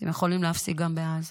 אתם יכולים להפסיק גם בעזה,